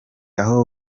aho